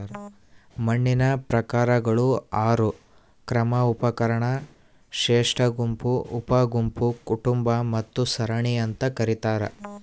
ಮಣ್ಣಿನ ಪ್ರಕಾರಗಳು ಆರು ಕ್ರಮ ಉಪಕ್ರಮ ಶ್ರೇಷ್ಠಗುಂಪು ಉಪಗುಂಪು ಕುಟುಂಬ ಮತ್ತು ಸರಣಿ ಅಂತ ಕರೀತಾರ